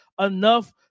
enough